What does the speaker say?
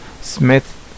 Smith